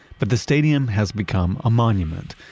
but the stadium has become a monument,